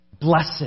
Blessed